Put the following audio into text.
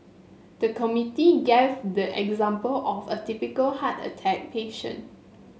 the committee gave the example of a typical heart attack patient